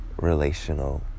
relational